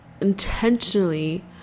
intentionally